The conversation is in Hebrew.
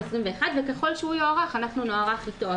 וככל שהוא יוארך אנחנו נוארך איתו,